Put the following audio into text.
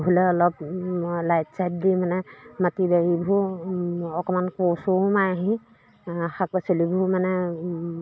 হ'লে অলপ লাইট চাইট দি মানে মাটি বাৰীবোৰ অকণমান কোৰ চোৰো মাৰেহি শাক পাচলিবোৰ মানে